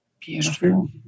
Beautiful